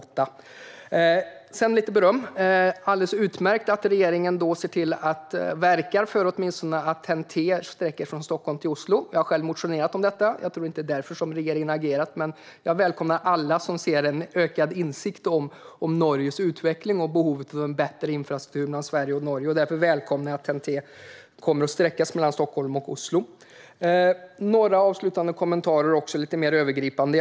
Sedan vill jag ge lite beröm. Det är alldeles utmärkt att regeringen ser till att införa TNT-sträckor från Stockholm till Oslo. Jag har själv motionerat om detta. Jag tror inte att det är därför som regeringen har agerat, men jag välkomnar alla som får en ökad insikt om Norges utveckling och behovet av en bättre infrastruktur mellan Sverige och Norge, så därför välkomnar jag att TNT kommer att sträckas mellan Stockholm och Oslo. Sedan har jag några lite mer övergripande och avslutande kommentarer.